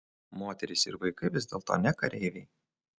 moterys ir vaikai vis dėlto ne kareiviai